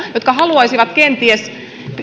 jotka haluaisivat kenties